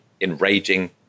enraging